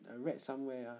I read somewhere ah